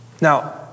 Now